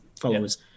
followers